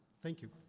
thank you.